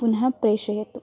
पुनः प्रेषयतु